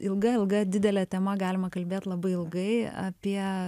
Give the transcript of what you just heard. ilga ilga didelė tema galima kalbėt labai ilgai apie